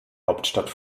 hauptstadt